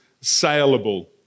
saleable